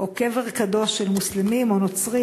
או קבר קדוש של מוסלמים או נוצרים,